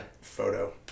photo